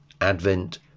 advent